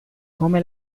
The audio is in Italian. come